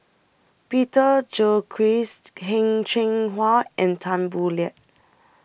Peter Gilchrist Heng Cheng Hwa and Tan Boo Liat